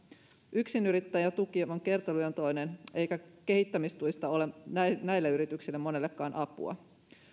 yksinyrittäjän tuki on kertaluontoinen eikä kehittämistuista ole näille yrityksille monellekaan apua